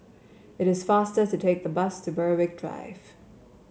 it is faster to take the bus to Berwick Drive